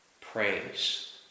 praise